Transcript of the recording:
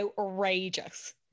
outrageous